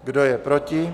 Kdo je proti?